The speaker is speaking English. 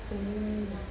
oo